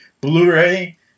Blu-ray